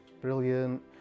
Brilliant